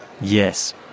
Yes